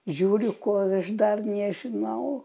žiūriu ko aš dar nežinau